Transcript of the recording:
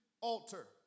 altar